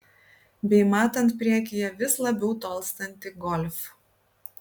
bei matant priekyje vis labiau tolstantį golf